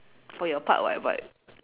for your part [what] but